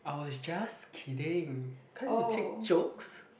I was just kidding can't you take jokes